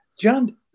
john